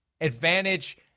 advantage